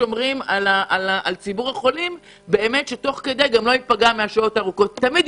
שומרים על ציבור החולים מפגיעה בשל השעות הארוכות של המשמרות,